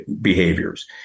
behaviors